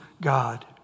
God